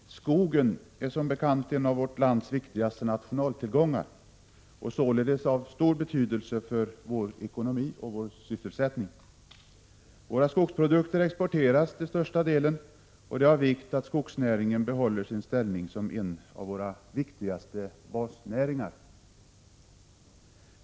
Herr talman! Skogen är som bekant en av vårt lands viktigaste nationaltillgångar och har således stor betydelse för vår ekonomi och sysselsättning. Våra skogsprodukter exporteras till största delen, och det är av stor vikt att skogsnäringen behåller sin ställning som en av våra viktigaste basnäringar.